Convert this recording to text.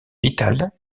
vitale